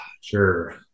Sure